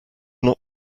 not